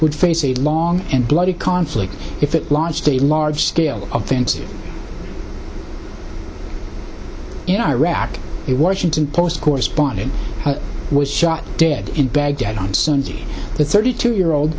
would face a long and bloody conflict if it launched a large scale of things in iraq it washington post correspondent was shot dead in baghdad on sunday the thirty two year old